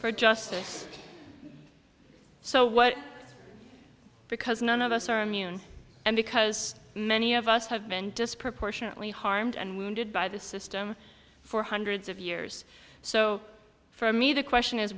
for justice so what because none of us are immune and because many of us have been disproportionately harmed and wounded by the system for hundreds of years so for me to question is